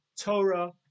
Torah